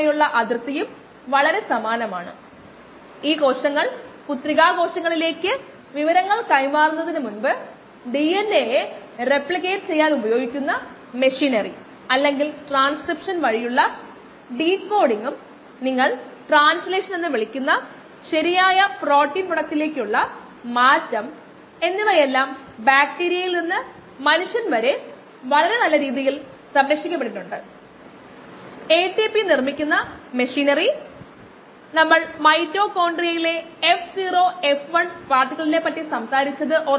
അതിനെക്കുറിച്ച് വിഷമിക്കേണ്ടതില്ല